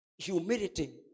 humility